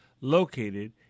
located